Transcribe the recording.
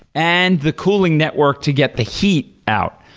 and the cooling network to get the heat out.